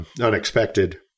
unexpected